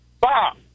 Bob